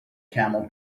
camel